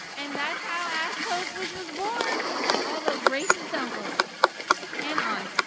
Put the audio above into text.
and that's how ask code switch was born all those racist uncles and aunts.